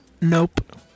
Nope